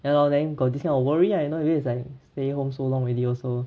ya lor then got this kind of worry lah you know then it's like stay home so long already also